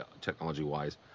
technology-wise